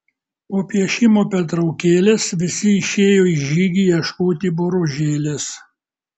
po piešimo pertraukėlės visi išėjo į žygį ieškoti boružėlės